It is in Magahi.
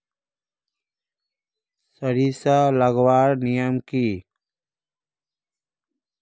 सरिसा लगवार नियम की?